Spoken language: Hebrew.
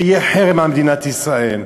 שיהיה חרם על מדינת ישראל.